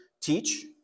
teach